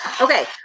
Okay